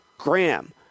Graham